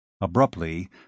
Abruptly